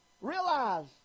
Realize